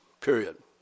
period